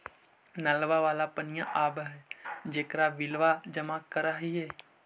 नलवा वाला पनिया आव है जेकरो मे बिलवा जमा करहिऐ?